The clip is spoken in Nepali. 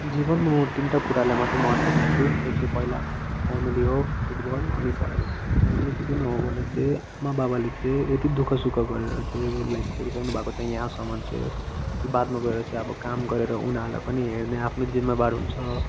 जीवनमा म तिनवटा कुरालाई मात्रै महत्त्व दिन्छु त्यो चाहिँ पहिला फ्यामिली हो फुटबल अनि पढाइ फ्यामिली चाहिँ किन हो भने चाहिँ आमाबाबाले चाहिँ यति दुःखसुख गरेर चाहिँ लाइक हुर्काउनु भएको चाहिँ यहाँसम्म चाहिँ बादमा गएर चाहिँ अब काम गरेर उनीहरूलाई पनि हेर्ने आफ्नो जिम्मावार हुन्छ